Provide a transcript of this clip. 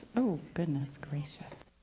oh, goodness gracious.